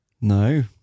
No